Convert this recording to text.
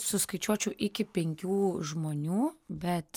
suskaičiuočiau iki penkių žmonių bet